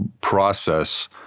process